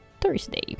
Thursday